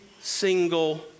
single